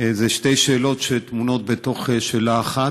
אלה שתי שאלות שטמונות בתוך שאלה אחת.